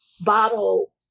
bottle